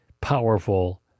powerful